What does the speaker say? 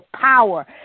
power